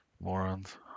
Morons